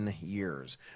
years